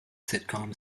sitcom